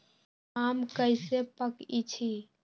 आम कईसे पकईछी?